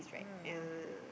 mm